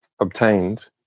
Obtained